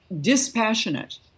dispassionate